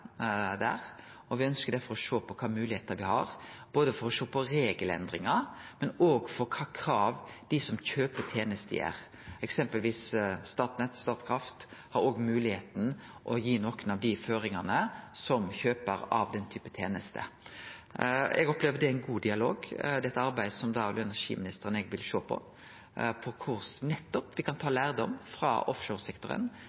der, og me ønskjer derfor å sjå på kva moglegheiter me har, når det gjeld både regelendringar og kva krav dei som kjøper tenester, har. Eksempelvis har òg Statnett og Statkraft moglegheit til å gi nokre av dei føringane, som kjøpar av den typen teneste. Eg opplever at det er ein god dialog. Dette er arbeid olje- og energiministeren og eg vil sjå på, t.d. korleis me kan ta